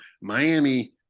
Miami